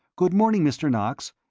good morning, mr. knox.